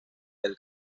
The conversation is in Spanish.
del